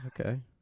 okay